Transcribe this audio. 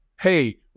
Hey